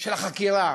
של החקירה